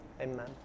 Amen